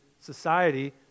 society